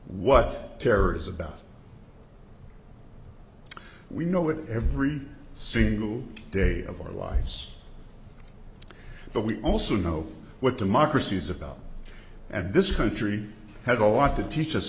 what terrors about we know it every single day of our lives but we also know what democracy is about and this country had a lot to teach us